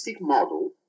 model